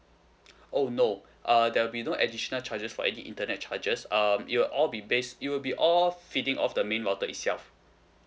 oh no uh there will be no additional charges for any internet charges um it will all be based it will be all fitting off the main router itself